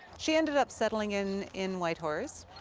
she ended up settling in in whitehorse,